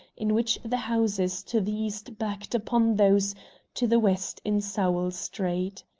in which the houses to the east backed upon those to the west in sowell street.